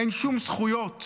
אין שום זכויות?